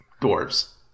Dwarves